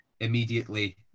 immediately